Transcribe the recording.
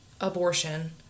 abortion